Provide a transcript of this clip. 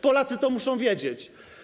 Polacy to muszą wiedzieć.